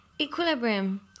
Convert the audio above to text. Equilibrium